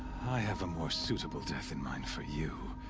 i have a more suitable death in mind for you.